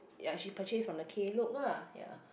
ya she purchased from the Klook lah